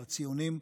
על הציונים,